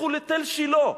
לכו לתל-שילה.